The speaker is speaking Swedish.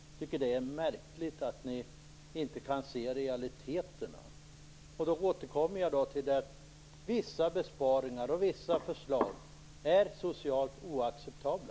Jag tycker att det är märkligt att ni inte kan se realiteterna. Jag återkommer därför till detta: Vissa besparingar och vissa förslag är socialt oacceptabla.